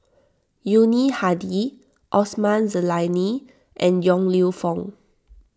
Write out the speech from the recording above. Yuni Hadi Osman Zailani and Yong Lew Foong